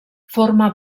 forma